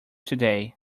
today